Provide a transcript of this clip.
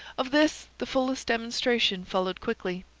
of this the fullest demonstration followed quickly.